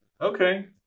Okay